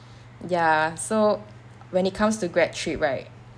ya so when it comes to grad trip right